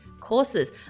courses